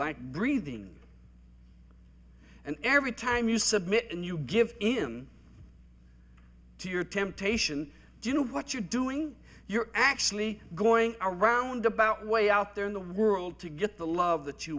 like breathing and every time you submit and you give in to your temptation do you know what you're doing you're actually going around about way out there in the world to get the love that you